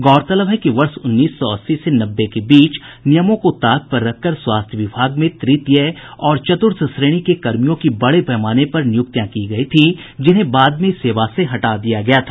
गौरतलब है कि वर्ष उन्नीस सौ अस्सी से नब्बे के बीच नियमों को ताक पर रखकर स्वास्थ्य विभाग में तृतीय और चतुर्थ श्रेणी के कर्मियों की बड़े पैमाने पर नियूक्तियां की गयी थीं जिन्हें बाद में सेवा से हटा दिया गया था